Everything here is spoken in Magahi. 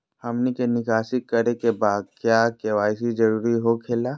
हमनी के निकासी करे के बा क्या के.वाई.सी जरूरी हो खेला?